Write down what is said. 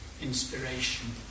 inspiration